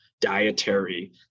Dietary